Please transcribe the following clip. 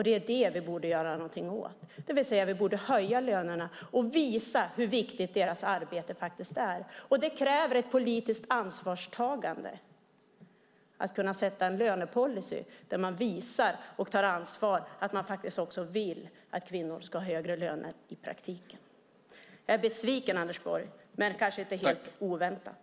Det är det vi borde göra något åt, det vill säga vi borde höja lönerna och visa hur viktigt deras arbete faktiskt är. Det kräver ett politiskt ansvarstagande att kunna sätta en lönepolicy där man visar och tar ansvar för att man vill att kvinnor ska ha högre löner i praktiken. Jag är besviken, Anders Borg, men det är kanske inte helt oväntat.